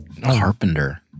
Carpenter